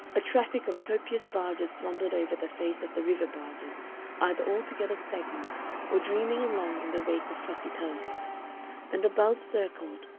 a traffic of copious barges slumbered over the face of the river-barges either altogether stagnant or dreaming along in the wake of fussy tugs and above circled,